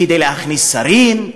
כדי להכניס שרים,